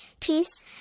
peace